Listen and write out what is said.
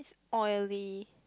oily